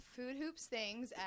foodhoopsthings